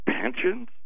pensions